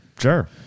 Sure